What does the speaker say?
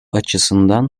açısından